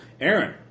Aaron